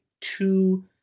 two